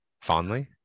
fondly